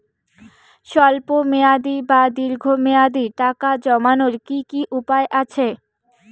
স্বল্প মেয়াদি বা দীর্ঘ মেয়াদি টাকা জমানোর কি কি উপায় আছে?